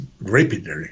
rapidly